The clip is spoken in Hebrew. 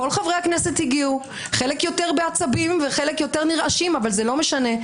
כל חברי הכנסת הגיעו חלק יותר בעצבים ונרעשים אבל לא משנה.